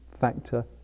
factor